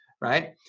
right